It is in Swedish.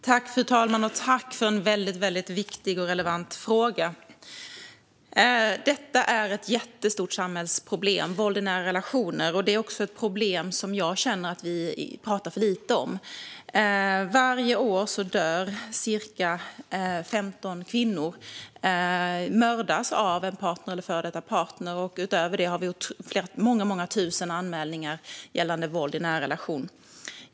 Fru talman! Tack, Anna-Lena Blomkvist, för en väldigt viktig och relevant fråga! Våld i nära relationer är ett jättestort samhällsproblem. Det är också ett problem som jag känner att vi talar för lite om. Varje år dör cirka 15 kvinnor. De mördas av en partner eller en före detta partner. Utöver det har vi många tusen anmälningar gällande våld i nära relation.